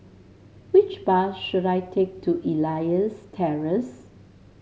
which bus should I take to Elias Terrace